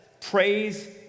Praise